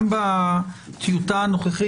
גם בטיוטה הנוכחית,